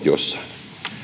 jossain